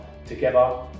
together